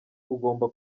ugomba